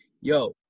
yo